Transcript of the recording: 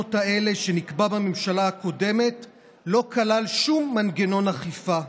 למדינות האלה שנקבע בממשלה הקודמת לא כלל שום מנגנון אכיפה,